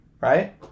Right